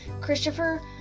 Christopher